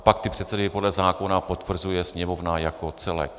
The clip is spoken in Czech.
Pak ty předsedy podle zákona potvrzuje Sněmovna jako celek.